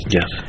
Yes